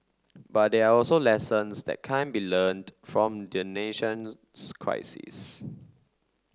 but there are also lessons that can be learnt from the nation's crisis